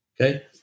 Okay